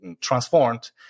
transformed